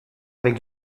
avec